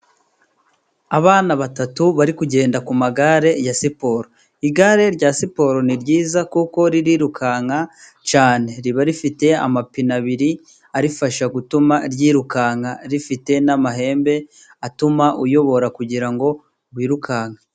Abana batatu bari kugenda ku magare ya siporo. Igare rya siporo ni ryiza kuko ririrukanka cyane. Riba rifite amapine abiri arifasha gutuma ryirukanka, rifite n'amahembe atuma uyobora kugira ngo wirukanke.